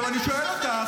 עכשיו, אני שואל אותך.